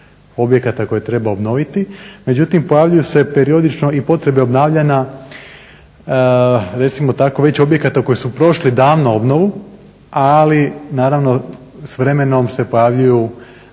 objekata koje treba obnoviti. Međutim, pojavljuju se periodično i potrebe obnavljanja recimo tako već objekata koji su prošli davno obnovu, ali naravno s vremenom se pojavljuj